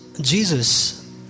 Jesus